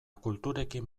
kulturekin